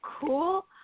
cool